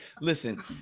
Listen